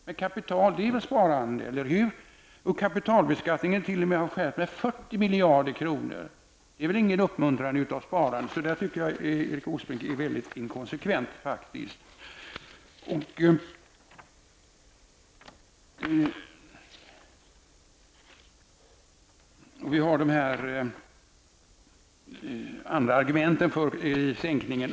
Men kapital är väl sparande, eller hur? miljarder kronor. Det är väl inget uppmuntrande av sparandet! Där tycker jag att Erik Åsbrink är väldigt inkonsekvent. Vi har andra argument för sänkningen.